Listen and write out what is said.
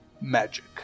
Magic